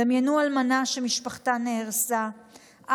דמיינו אלמנה שמשפחתה נהרסה,